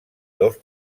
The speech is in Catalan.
dos